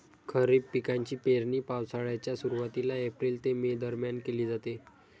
खरीप पिकांची पेरणी पावसाळ्याच्या सुरुवातीला एप्रिल ते मे दरम्यान केली जाते